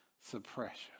suppression